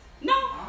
No